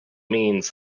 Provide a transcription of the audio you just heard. means